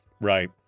Right